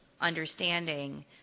understanding